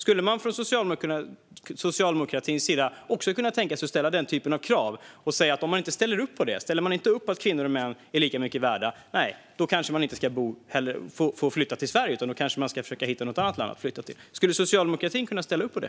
Kan socialdemokrater tänka sig att ställa den typen av krav och säga att om man inte ställer upp på att kvinnor och män är lika mycket värda kanske man inte ska få flytta till Sverige utan försöka hitta något annat land att flytta till. Kan Socialdemokraterna ställa upp på det?